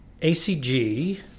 ACG